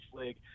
league